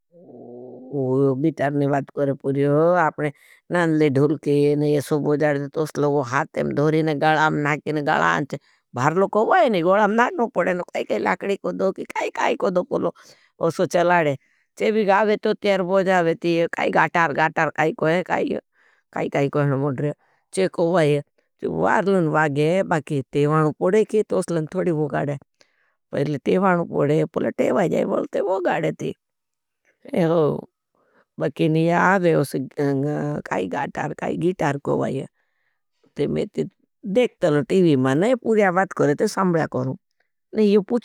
बीटार ने बात करें पुर्यो, आपने नानले धुलके ने एसो बोजाड़ें। तोसलो वो हाथ एम धोरीने गलाम नाके ने गलांचे। भार लोग कोवाईने ने गलाम नाकनो पड़ेन। काई काई लाकड़ी कोड़ो, काई काई कोड़ो पुलो उसो चलाड़ें। चे भी गावें तो तेर बोजावें ती काई गाटार, काई काई कोवाईं।